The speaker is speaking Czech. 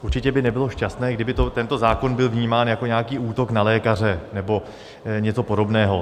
Určitě by nebylo šťastné, kdyby tento zákon byl vnímán jako nějaký útok na lékaře nebo něco podobného.